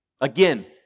again